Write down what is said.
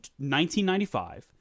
1995